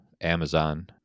Amazon